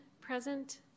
present